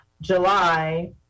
july